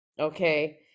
okay